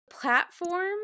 platform